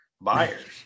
buyers